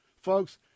Folks